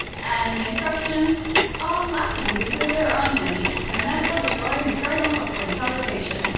and the instructions are lacking because there aren't any. and therefore this drawing is very much up for interpretation.